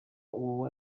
uwo